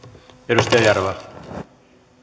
arvoisa